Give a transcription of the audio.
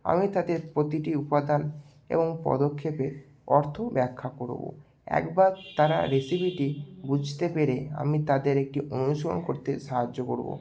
আমি তাদের প্রতিটি উপাদান এবং পদক্ষেপের অর্থ ব্যাখ্যা করবো একবার তারা রেসিপিটি বুঝতে পেরে আমি তাদের এটি অনুসরণ করতে সাহায্য করবো